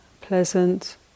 pleasant